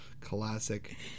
Classic